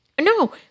No